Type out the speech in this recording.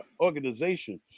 organization